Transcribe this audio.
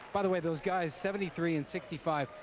by the way, those guys, seventy three and sixty five.